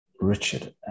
Richard